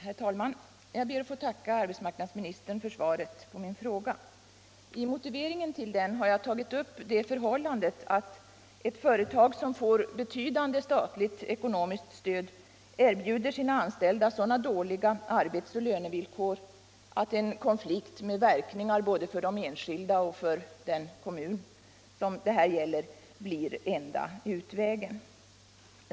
Herr talman! Jag ber att få tacka arbetsmarknadsministern för svaret på min fråga. I motiveringen till den har jag tagit upp det förhållandet att ett företag som får betydande statligt stöd kan erbjuda sina anställda så dåliga arbets och lönevillkor att en konflikt, med verkningar för både enskilda och den kommun som det gäller, blir enda utvägen.